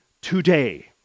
today